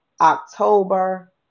October